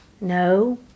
No